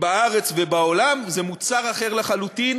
בארץ ובעולם, זה מוצר אחר לחלוטין.